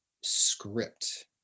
script